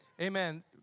amen